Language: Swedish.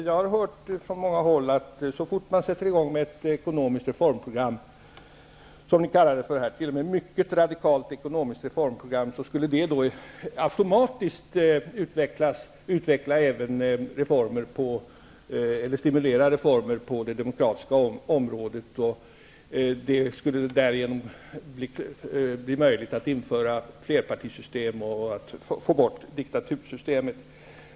Jag har hört från många håll att så fort man sätter i gång med ett ekonomiskt reformprogram -- ni kallar det t.o.m. för ''ett mycket radikalt ekonomiskt reformprogram'' -- skulle det automatiskt stimulera reformer på det demokratiska området, och det skulle därigenom bli möjligt att införa flerpartisystem och få bort diktatursystemet.